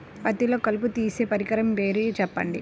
పత్తిలో కలుపు తీసే పరికరము పేరు చెప్పండి